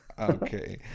Okay